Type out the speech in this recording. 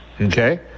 okay